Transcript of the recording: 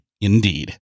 Indeed